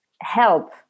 help